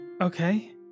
Okay